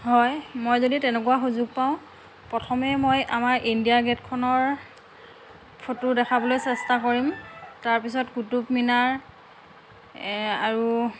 হয় মই যদি তেনেকুৱা সুযোগ পাওঁ প্ৰথমে মই আমাৰ ইণ্ডিয়া গেটখনৰ ফটো দেখাবলৈ চেষ্টা কৰিম তাৰপিছত কুটুব মিনাৰ আৰু